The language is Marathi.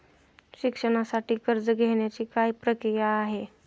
शिक्षणासाठी कर्ज घेण्याची काय प्रक्रिया आहे?